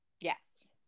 Yes